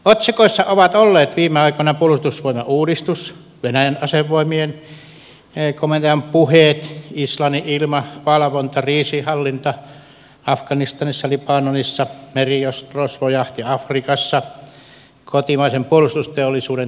otsikoissa ovat olleet viime aikoina puolustusvoimauudistus venäjän asevoimien komentajan puheet islannin ilmavalvonta kriisinhallinta afganistanissa libanonissa merirosvojahti afrikassa kotimaisen puolustusteollisuuden tulevaisuus kyberuhkat ja niin edelleen